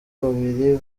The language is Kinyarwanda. babiri